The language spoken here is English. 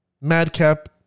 Madcap